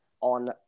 on